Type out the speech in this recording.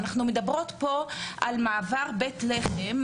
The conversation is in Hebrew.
אנחנו מדברות פה על מעבר בית לחם,